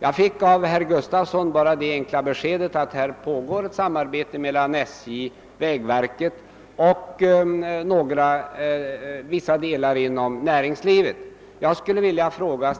Jag fick av herr Gustafson i Göteborg bara det enkla beskedet att det pågår ett samarbete mellan SJ, vägverket och företrä Jag skulle vilja fråga